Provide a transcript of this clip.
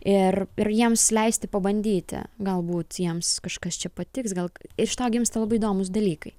ir ir jiems leisti pabandyti galbūt jiems kažkas čia patiks gal iš to gimsta labai įdomūs dalykai